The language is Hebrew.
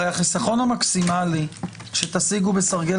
הרי החיסכון המקסימלי שתשיגו בסרגל